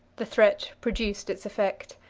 the threat produced its effect.